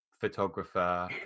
photographer